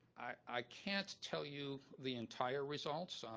i can't tell you the entire results, um